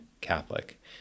catholic